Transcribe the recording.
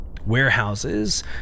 Warehouses